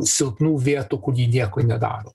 silpnų vietų kur ji nieko nedaro